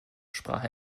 sprach